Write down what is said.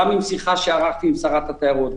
גם משיחה שערכתי עם שרת התיירות,